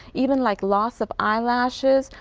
even like loss of eye lashes,